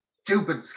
Stupid